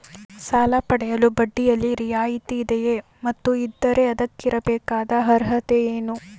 ಸಾಲ ಪಡೆಯಲು ಬಡ್ಡಿಯಲ್ಲಿ ರಿಯಾಯಿತಿ ಇದೆಯೇ ಮತ್ತು ಇದ್ದರೆ ಅದಕ್ಕಿರಬೇಕಾದ ಅರ್ಹತೆ ಏನು?